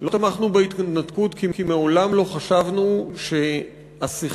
לא תמכנו בהתנתקות כי מעולם לא חשבנו שהסכסוך